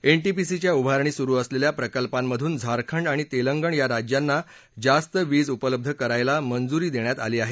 एनटीपीसीच्या उभारणी सुरू असलेल्या प्रकल्पांमधून झारखंड आणि तेलंगण या राज्यांना जास्त वीज उपलब्ध करायला मंजुरी देण्यात आली आहे